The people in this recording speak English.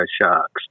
Sharks